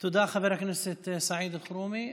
תודה, חבר הכנסת סעיד אלחרומי.